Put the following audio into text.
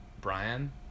Brian